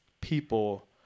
people